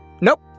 Nope